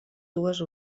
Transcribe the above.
dues